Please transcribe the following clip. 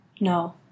No